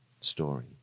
story